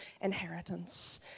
inheritance